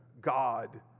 God